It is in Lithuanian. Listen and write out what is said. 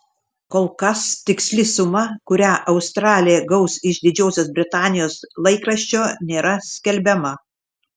kol kas tiksli suma kurią australė gaus iš didžiosios britanijos laikraščio nėra skelbiama